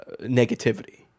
negativity